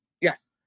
Yes